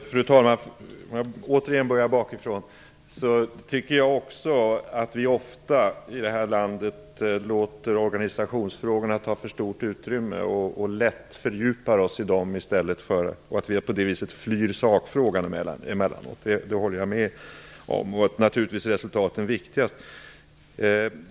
Fru talman! Jag skall återigen börja bakifrån. Jag tycker också att vi i det här landet ofta låter organisationsfrågorna ta för stort utrymme. Vi fördjupar oss lätt i dem och flyr på det viset sakfrågan emellanåt. Det håller jag med om. Naturligtvis är resultaten viktigast.